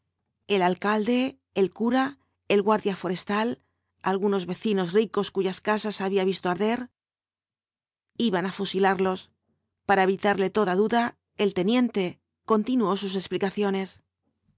el alcalde el cura el guardia forestal algunos vecinos ricos cuyas casas había visto arder iban á fusilarlos para evitarle toda duda el teniente continuó sus explicaciones